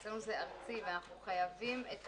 אצלנו זה ארצי, ואנחנו חייבים את